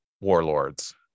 warlords